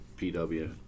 PW